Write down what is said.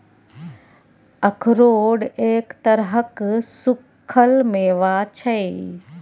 अखरोट एक तरहक सूक्खल मेवा छै